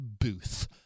booth